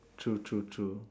true true true